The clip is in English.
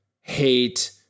hate